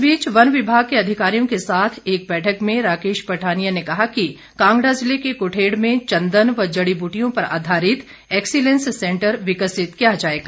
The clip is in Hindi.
इस बीच वन विभाग के अधिकारियों के साथ एक बैठक में राकेश पठानिया ने कहा कि कांगड़ा ज़िले के क्ठेड़ में चंदन व जड़ी बूटियों पर आधारित एक्सिलेंस सेंटर विकसित किया जाएगा